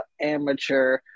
amateur